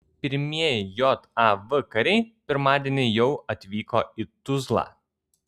pirmieji jav kariai pirmadienį jau atvyko į tuzlą